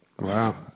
Wow